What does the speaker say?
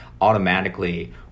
automatically